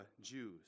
Jews